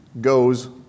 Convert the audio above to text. goes